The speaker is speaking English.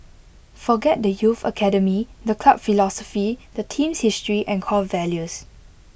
forget the youth academy the club philosophy the team's history and core values